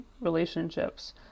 relationships